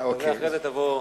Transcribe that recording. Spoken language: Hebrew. ואחרי זה תבוא,